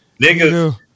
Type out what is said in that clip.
Niggas